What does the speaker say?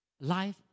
Life